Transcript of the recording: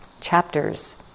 chapters